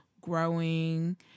growing